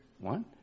one